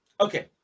okay